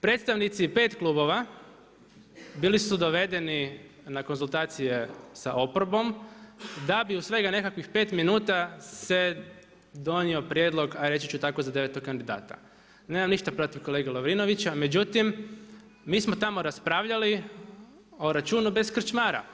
Predstavnici pet klubova bili su dovedeni na konzultacije sa oporbom da bi u svega nekakvih pet minuta se donio prijedlog, a reći ću tako za devetog kandidata, nemam ništa protiv kolege Lovrinovića, međutim mi smo tamo raspravljali o računu bez krčmara.